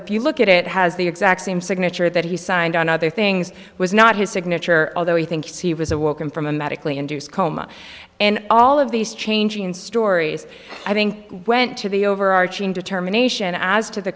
with you look at it has the exact same signature that he signed on other things was not his signature although he if he was awoken from a medically induced coma and all of these changing stories i think went to the overarching determination as to the